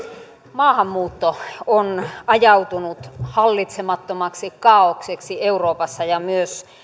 maahanmuutto on ajautunut hallitsemattomaksi kaaokseksi euroopassa ja myös